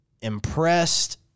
impressed